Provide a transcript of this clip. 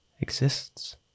exists